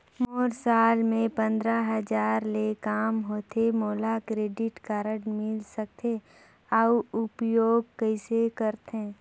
मोर साल मे पंद्रह हजार ले काम होथे मोला क्रेडिट कारड मिल सकथे? अउ उपयोग कइसे करथे?